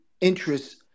interests